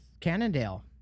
Cannondale